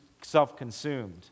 self-consumed